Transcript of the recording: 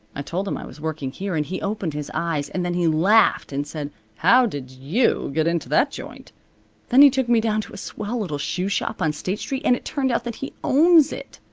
i told him i was working here, and he opened his eyes, and then he laughed and said how did you get into that joint then he took me down to a swell little shoe shop on state street, and it turned out that he owns it.